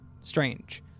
strange